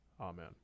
Amen